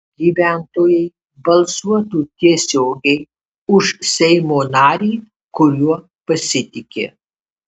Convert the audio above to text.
gyventojai balsuotų tiesiogiai už seimo narį kuriuo pasitiki